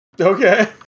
Okay